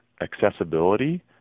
accessibility